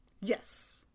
Yes